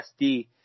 SD